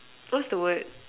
close to what